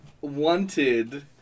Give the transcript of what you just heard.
wanted